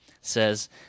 says